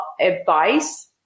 advice